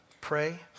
pray